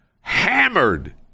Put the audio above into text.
hammered